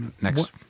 next